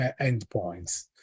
endpoints